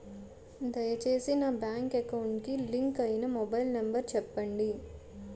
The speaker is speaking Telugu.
దయచేసి నా బ్యాంక్ అకౌంట్ కి లింక్ అయినా మొబైల్ నంబర్ చెప్పండి